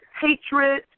hatred